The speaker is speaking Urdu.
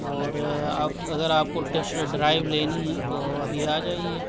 اور آپ اگر آپ کو ٹیسٹ ڈرائیو لینی ہے تو ابھی آ جائیے